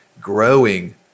growing